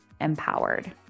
empowered